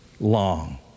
long